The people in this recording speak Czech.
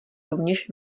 rovněž